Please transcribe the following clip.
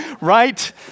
right